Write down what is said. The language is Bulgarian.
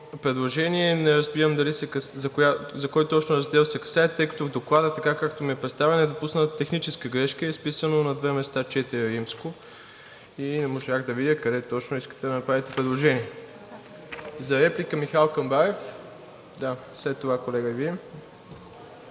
предложение не разбирам за кой точно раздел се касае, тъй като в Доклада, така както ми е представен, е допусната техническа грешка и е изписано на две места „IV“ и не можах да видя къде точно искате да направите предложение. За реплика – Михал Камбарев. МИХАЛ КАМБАРЕВ